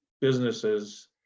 businesses